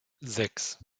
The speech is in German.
sechs